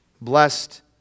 blessed